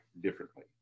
differently